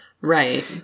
Right